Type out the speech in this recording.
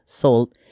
sold